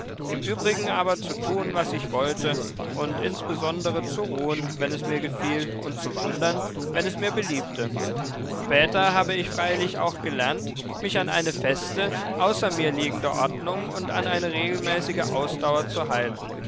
im übrigen aber zu tun was ich wollte und insbesondere zu ruhen wenn es mir gefiel und zu wandern wenn es mir beliebte später habe ich freilich auch gelernt mich an eine feste außer mir liegende ordnung und an eine regelmäßige ausdauer zu halten